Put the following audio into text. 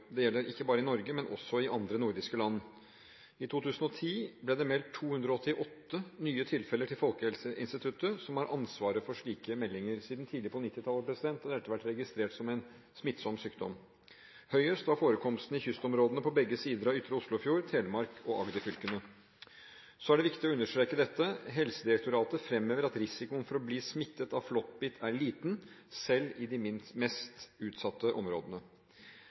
Det gjelder ikke bare i Norge, men også i andre nordiske land. I 2010 ble det meldt 288 nye tilfeller til Folkehelseinstituttet, som har ansvaret for slike meldinger. Siden tidlig på 1990-tallet har dette vært registrert som en smittsom sykdom. Høyest var forekomsten i kystområdene på begge sider av ytre Oslofjord, Telemark og Agder-fylkene. Så er det viktig å understreke dette: Helsedirektoratet fremhever at risikoen for å bli smittet av flåttbitt er liten, selv i de mest utsatte områdene.